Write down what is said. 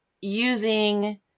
using